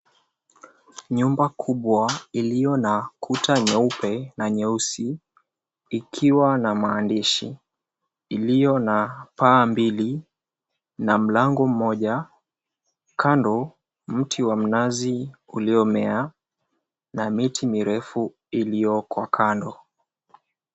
Nyumba kubwa, iliyo na kuta nyeupe na nyeusi ikiwa na maandishi iliyo na paa mbili na mlango mmoja. Kando, mti wa mnazi uliomea na miti mirefu ilioko kando.